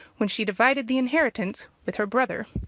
when she divided the inheritance with her brother.